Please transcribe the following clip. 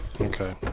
Okay